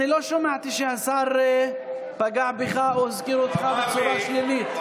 אני לא שמעתי שהשר פגע בך או הזכיר אותך בצורה שלילית.